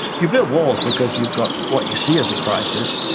you build walls because you've got what you see as a crisis,